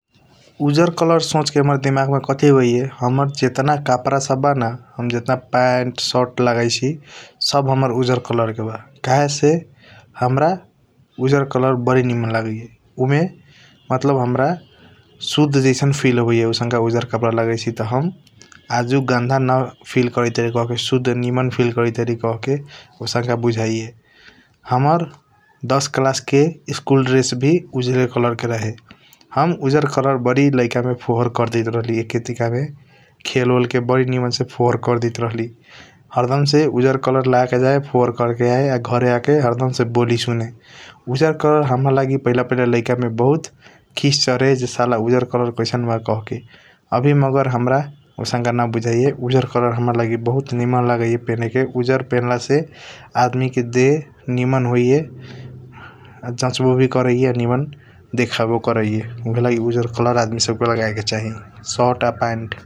उजर कलर सोच के हमारा दिमाग मे काठी आबाइया हाम्रा जताना कपड़ा सब ब न । जताना पैन्ट शर्ट लगाइशी सब हाम्रा उजर कलर के बा कहे से हाम्रा उजर कलर बारी निमन लागैया । उ मे मतलब हाम्रा सुध जैसन फ़ील आबाइया आउसाँका उजर कलर कपड़ा लगाईची त । हम आजू गँधा न फ़ील करैत बारी कहके निमन फ़ील करैत बारी आउसाँका बुझाइया । हाम्रा दस क्लास के स्कूल ड्रेस व उजरे कलर के रहे हम उजर कलर लाइक मे बारी फ़ोहार कर देता राहली एकटैक मे । खेल ऑल के बारी निमन से फ़ोहार करदेता राहली हर दम से उजर कलर लगाके जय फ़ोहार कर के आया आ घर आके हरदम से बोली सुने । उजर कलर पहिला लाइक लाइक मे बारी खीस चढ़े ज साला उजर कलर कैसन ब कहके आवी मगर हाम्रा आउसाँक न बुझाइया उजर कलर हाम्रा लागि बहुत निमन लगिएय पएने के । उजर पेनला से उजर पेनला से आदमी के देह निमन होई आ जचबो वी करिया निमन देखायबो वी करैया ऊहएलगी उजर कलर आदमी सब के लगाया के चाही शर्ट आ पैन्ट ।